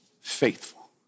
Faithful